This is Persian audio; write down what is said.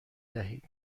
دهید